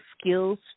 skills